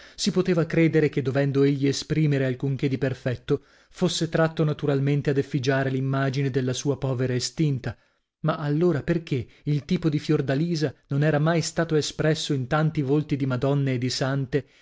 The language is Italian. si poteva credere che dovendo egli esprimere alcun che di perfetto fosse tratto naturalmente ad effigiare l'immagine della sua povera estinta ma allora perchè il tipo di fiordalisa non era mai stato espresso in tanti volti di madonne e di sante